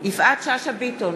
יפעת שאשא ביטון,